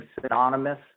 synonymous